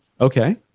Okay